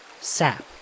Sap